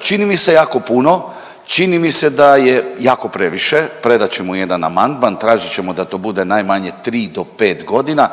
Čini mi se jako puno, čini mi se da je jako previše. Predat ćemo jedan amandman, tražit ćemo da to bude najmanje tri do pet godina.